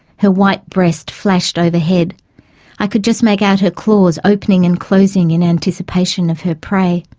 her white breast flashed overhead i could just make out her claws opening and closing in anticipation of her prey.